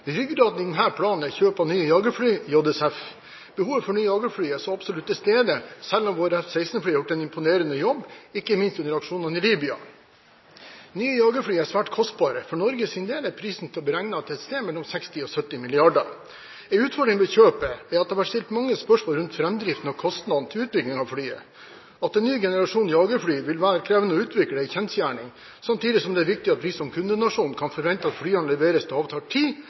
absolutt til stede, selv om våre F-16-fly har gjort en imponerende jobb, ikke minst under aksjonene i Libya. Nye jagerfly er svært kostbare. For Norges del er prisen beregnet til et sted mellom 60 og 70 mrd. kr. En utfordring ved kjøpet er at det ble stilt mange spørsmål rundt framdriften og kostnadene til utbygging av flyet. At en ny generasjon jagerfly vil være krevende å utvikle, er en kjensgjerning, samtidig som det er viktig at vi som kundenasjon kan forvente at flyene leveres til avtalt tid,